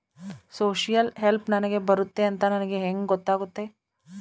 Social help ನನಗೆ ಬರುತ್ತೆ ಅಂತ ನನಗೆ ಹೆಂಗ ಗೊತ್ತಾಗುತ್ತೆ?